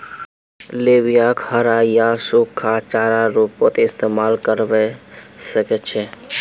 लोबियाक हरा या सूखा चारार रूपत इस्तमाल करवा सके छे